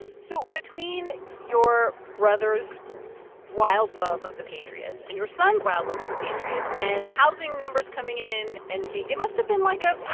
so between your brother's wild love of the patriots and your son's wild love of the patriots and the housing numbers coming in and it must have been, like, a.